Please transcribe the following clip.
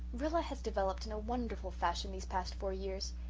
rilla has developed in a wonderful fashion these past four years.